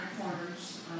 corners